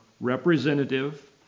representative